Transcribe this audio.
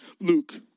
Luke